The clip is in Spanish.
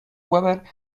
weber